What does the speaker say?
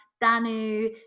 Danu